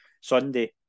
Sunday